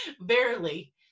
barely